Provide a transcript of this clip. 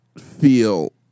feel